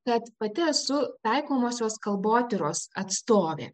kad pati esu taikomosios kalbotyros atstovė